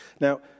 Now